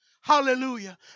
Hallelujah